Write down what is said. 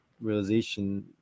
realization